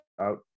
out